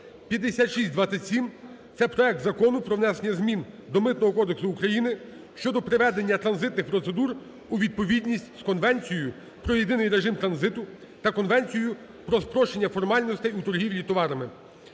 5627. Це проект Закону про внесення змін до Митного кодексу України щодо приведення транзитних процедур у відповідність з Конвенцією про єдиний режим транзиту та Конвенцією про спрощення формальностей у торгівлі товарами.